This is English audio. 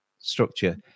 structure